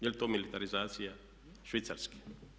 Je li to militarizacija Švicarske?